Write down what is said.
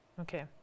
Okay